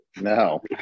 No